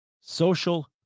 Social